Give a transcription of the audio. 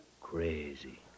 Crazy